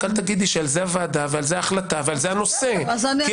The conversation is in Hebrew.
רק אל תגידי שעל זה הוועדה ועל זה ההחלטה ועל זה הנושא כי-